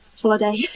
holiday